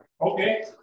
okay